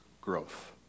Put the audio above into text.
growth